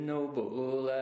Noble